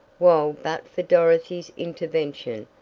while but for dorothy's intervention,